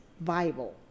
Bible